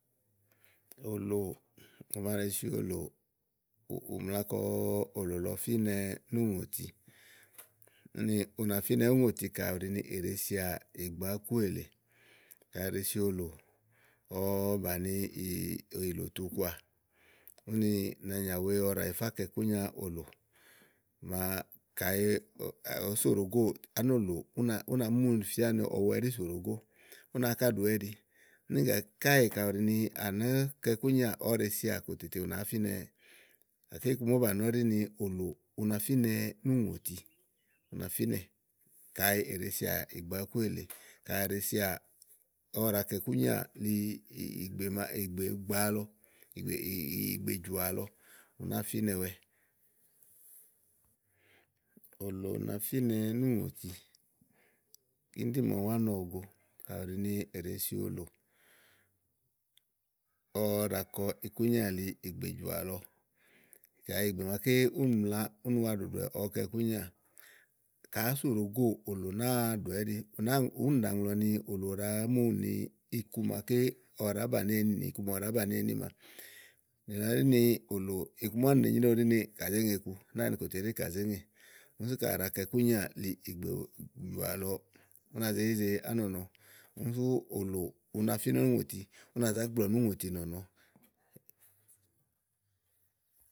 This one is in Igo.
òlò ùŋò màa ɖèe si òlò ù mlakɔ òlò lɔ fínɛ núùŋòti úni ú na fínɛ úŋòti kàɖi é ɖèe sià ìgbãkú éle kayi è ɖe si òlò, ɔwɔ bàni ìlò tu kɔà úni nàanyà wèe ɔwɔ ɖàa yifá kɔ ikúnya òlò úni kayi òó so ɖòo góò ánòlò, ú nàá mu fìá ni ɔwɛ ɛɖí sò ɖòo gó ú náa áŋká ɖowɛ ɛ́ɖi úni gàkáèè kayi ù ɖi ni àná kɔ ikúnyià ɔwɔ ɖèe sià kòtètè ù nàáá fínɛwɛɛ̀ gàké iku ma ówó ba nɔ̀ ɖí ni òlò u na fínɛ núùŋòti, u na fínɛ̀. kayi è ɖèe sià ìgbãkú èle. kayi èɖèe sià ɔwɔ ɖàa kɔ ikú nyiàli ìgbè màa, ìgbègbàa lɔ ìgbèjɔ̀à lɔ, ù nàáa fínɛwɛ òlò na fínɛ núùŋòti kíni ɖí màa ɔmi wá nɔ òwo go káɖi ni è ɖèe si òlò ɔwɔ ɖàa kɔ ikúnyià li ìgbèjɔ̀à lɔɔ̀ kayi ìgbè màaké úni mla úni wa ɖòɖòwɛ̀ ɔwɔ kɔ ikúnyiá ka àá so ɖòo góo òlò nàáa ɖòwɛ ɛ́ɖi úni ɖàa ŋlɔ ni òlò ɖàa mu ni iku ma ɔwɔ ɖàá banìiéyì níma nìlɔ ɖí ni òlò iku màa úni ɖèe nyréwu ɖi ni kà zé ŋe iku náàni kòtè ɖì ni kà zé ŋè úni ka à ɖàa kɔ ikúnyià ìgbè we jɔ̀à lɔ ú nà zé ze ánɔ̀nɔ úni sú òlò, u na fínɛ úŋòti, ú nà zá gblɔɔ̀ núù ŋòti nɔ̀nɔ.